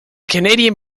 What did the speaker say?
canadian